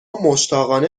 مشتاقانه